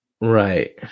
Right